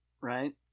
Right